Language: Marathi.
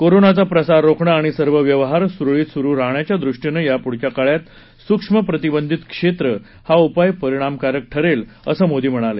कोरोनाचा प्रसार रोखणं आणि सर्व व्यवहार सुरळीत सुरु राहण्याच्या दृष्टीनं यापुढच्या काळात सूक्ष्म प्रतिबंधित क्षेत्र हा उपाय परिणामकारक ठरेल असं मोदी म्हणाले